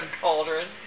cauldron